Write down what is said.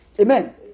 Amen